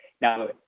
now